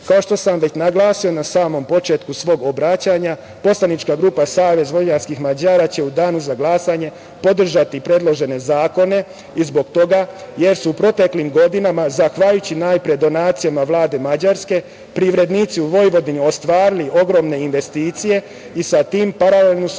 kao što sam već naglasio na samom početku svog obraćanja, poslanička grupa Savez vojvođanskih Mađara će u danu za glasanje podržati predložene zakone i zbog toga jer su u proteklim godinama, zahvaljujući najpre donacijama Vlade Mađarske privrednici u Vojvodini ostvarili ogromne investicije i sa tim paralelno su